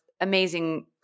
amazing